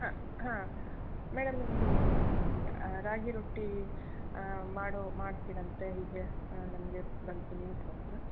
ಹಾಂ ಹಾಂ ಮೇಡಮ್ ನಿಮ್ಮದು ರಾಗಿ ರೊಟ್ಟಿ ಮಾಡೋ ಮಾಡ್ತಿರಂತೆ ಹೀಗೆ ನಮಗೆ ಬಂತು ನ್ಯೂಸ್ ಬಂತು